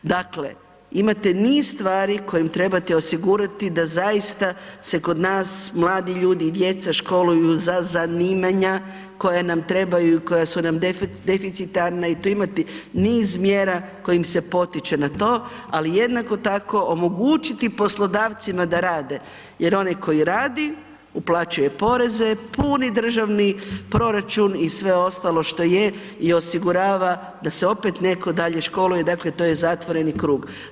Dakle, imate niz stvari koje im trebate osigurati da zaista se kod nas mladi ljudi i djeca školuju za zanimanja koja nam trebaju i koja su deficitarna i tu imate niz mjera kojim se potiče na to, ali jednako tako omogućiti poslodavcima da rade jer onaj koji radi, uplaćuje poreze, puni državni proračun i sve ostalo što je i osigurava da se opet netko dalje školuje, dakle to je zatvoreni krug.